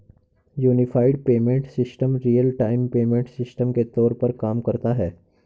unified payment system real time payment system के तौर पर काम करता है